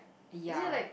ya